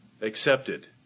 accepted